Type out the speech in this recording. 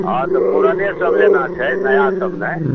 हँ तऽ पुराने सब लेना छै नया सब नहि